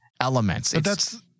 elements